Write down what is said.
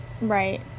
right